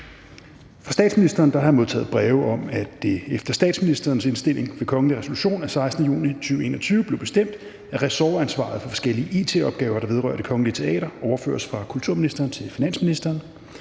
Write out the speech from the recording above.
Fra statsministeren har jeg modtaget breve om, at det efter statsministerens indstilling ved kongelig resolution af 16. juni 2021 blev bestemt, at ressortansvaret for forskellige it-opgaver, der vedrører Det Kongelige Teater, overføres fra kulturministeren til finansministeren,